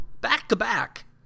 back-to-back